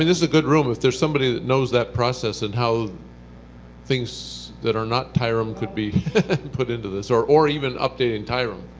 this is a good room, if there's somebody that knows that process and how things that are not tirem could be put into this or or even updating tirem.